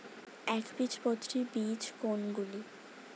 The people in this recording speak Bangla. একবীজপত্রী বীজ কোন গুলি?